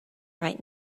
right